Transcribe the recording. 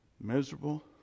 miserable